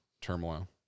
turmoil